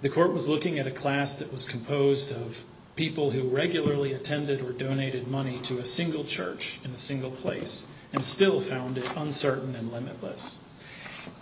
the court was looking at a class that was composed of people who regularly attended were donated money to a single church in a single place and still founded on certain and limitless